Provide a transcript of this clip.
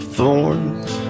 thorns